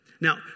Now